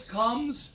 comes